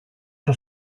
στο